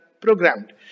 programmed